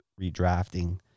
redrafting